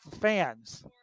fans